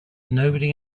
nobody